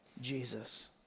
Jesus